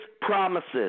promises